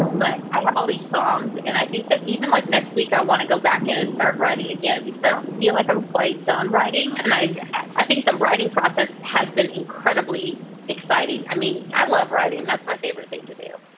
but i have all these songs, and i think that even, like, next week, i want to go back in and start writing again because i don't feel like i'm quite done writing. and i i think the writing process has been incredibly exciting. i mean, i love writing. that's my favorite thing to do.